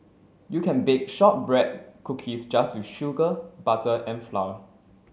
you can bake shortbread cookies just with sugar butter and flour